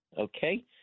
okay